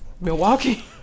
Milwaukee